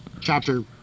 chapter